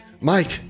Mike